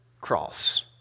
cross